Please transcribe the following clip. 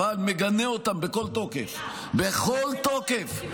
מגנה אותם בכל תוקף, בכל תוקף.